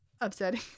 upsetting